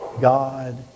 God